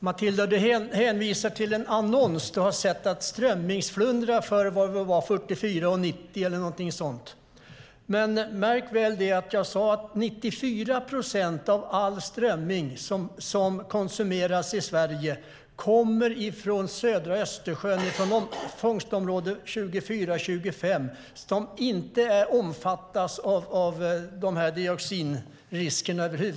Herr talman! Matilda Ernkrans, du hänvisar till en annons om strömmingsflundra för 44,90. Jag sade tidigare att 94 procent av all strömming som konsumeras i Sverige kommer från södra Östersjön från fångstområde 24-25. De omfattas inte av dioxinriskerna.